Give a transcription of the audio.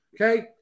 Okay